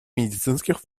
медицинских